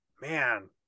man